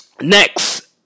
Next